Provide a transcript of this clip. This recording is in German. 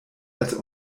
als